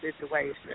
situation